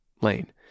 Lane